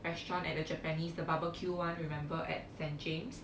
restaurant at the japanese the barbecue one remember at saint james